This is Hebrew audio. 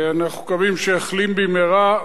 אנחנו מקווים שיחלים במהרה.